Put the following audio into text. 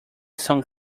son